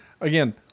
Again –